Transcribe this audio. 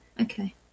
Okay